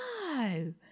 no